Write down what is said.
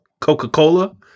Coca-Cola